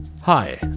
hi